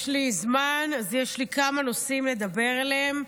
יש לי זמן, אז יש לי כמה נושאים לדבר עליהם.